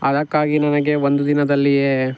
ಅದಕ್ಕಾಗಿ ನನಗೆ ಒಂದು ದಿನದಲ್ಲಿಯೇ